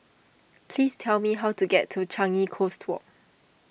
please tell me how to get to Changi Coast Walk